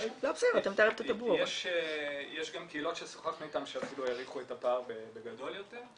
יש גם קהילות ששוחחנו איתם שאפילו העריכו את הפער בגדול יותר.